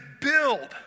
build